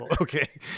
Okay